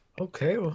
okay